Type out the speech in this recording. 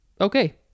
Okay